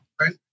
Right